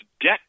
debt